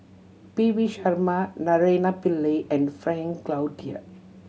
P V Sharma Naraina Pillai and Frank Cloutier